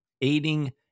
aiding